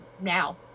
now